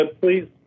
please